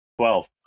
Twelve